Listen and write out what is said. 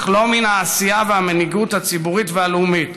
אך לא מן העשייה והמנהיגות הציבורית והלאומית.